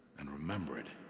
and remember it.